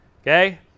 okay